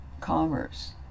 commerce